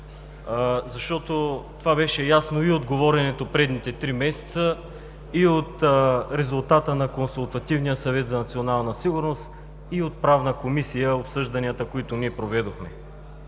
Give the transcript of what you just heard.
защото това беше ясно и от говоренето предните три месеца, и от резултата на Консултативния съвет за национална сигурност, и от обсъжданията в Правната комисия, които проведохме.